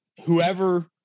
whoever